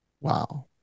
Wow